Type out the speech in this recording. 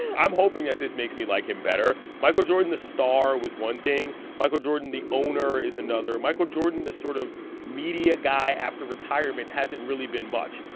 i'm hoping that this makes me like him better. michael jordan, the star, was one thing. michael jordan, the owner, is another. michael jordan, the sort of media guy after retirement, hasn't really been much.